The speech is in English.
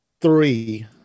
three